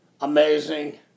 amazing